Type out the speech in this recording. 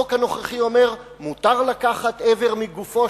החוק הנוכחי אומר כי מותר לקחת איבר מגופו